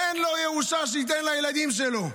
תן לו ירושה, שייתן לילדים שלו.